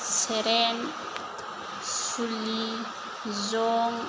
सेरेन सुलि जं